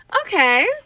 Okay